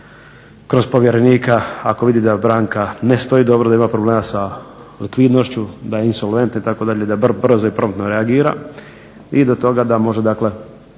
kroz povjerenika ako vidi da banka ne stoji dobro, da ima problema sa likvidnošću, da je insolventna itd. da brzo i promptno reagira i da do toga da može ako